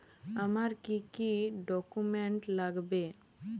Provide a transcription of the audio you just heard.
আমার কি কি ডকুমেন্ট লাগবে?